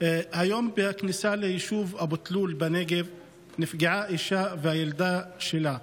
היום בכניסה ליישוב אבו תלול בנגב נפגעו אישה והילדה שלה.